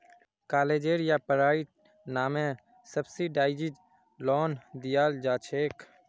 कालेजेर या पढ़ाईर नामे सब्सिडाइज्ड लोन दियाल जा छेक